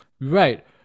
Right